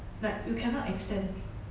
like you cannot extend